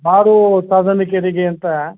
ಹಾದು ಸಾಧನ ಕೇರಿಗೆ ಅಂತ